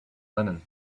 linen